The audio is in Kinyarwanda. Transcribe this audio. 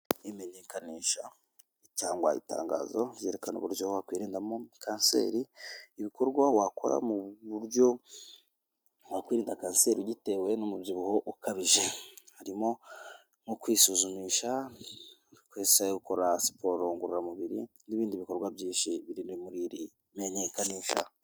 Imenyekanisha cyangwa itangazo ryerekana uburyo wakwirindamo kanseri, ibikorwa wakora mu buryo wakwirinda kanseri uyitewe n'umubyibuho ukabije. Harimo nko kwisuzumisha ukoresha gukora siporo ngororamubiri, n'ibindi bikorwa byinshi biri muri iri menyekanisha.